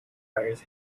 fires